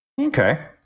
Okay